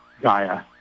Gaia